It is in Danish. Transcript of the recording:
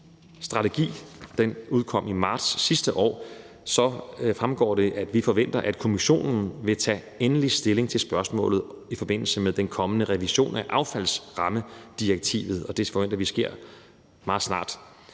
tekstilstrategi, som udkom i marts sidste år, så fremgår det, at man forventer, at Kommissionen vil tage endelig stilling til spørgsmålet i forbindelse med den kommende revision af affaldsrammedirektivet, og det forventer vi sker meget snart.